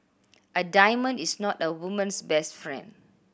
a diamond is not a woman's best friend